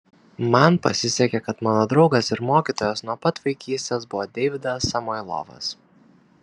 man pasisekė kad mano draugas ir mokytojas nuo pat vaikystės buvo deividas samoilovas